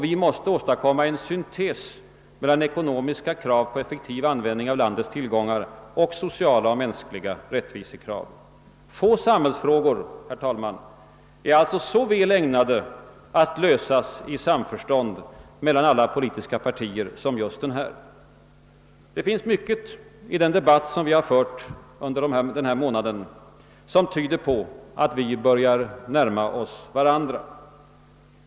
Vi måste åstadkomma en syntes mellan ekonomiska krav på en effektiv användning av landets tillgångar samt sociala och mänskliga rättvisekrav. Få samhällsfrågor är så väl ägnade att lösas i samförstånd mellan alla politiska partier som denna. Det finns mycket i den debatt vi-fört denna månad som tyder på att vi börjar närma oss varandra.